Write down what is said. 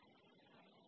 மேலும் PO